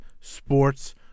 sports